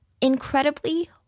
Incredibly